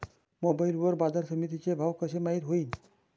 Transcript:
Mobile वर बाजारसमिती चे भाव कशे माईत होईन?